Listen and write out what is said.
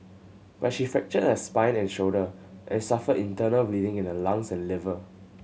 but she fractured her spine and shoulder and suffered internal bleeding in her lungs and liver